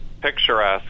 picturesque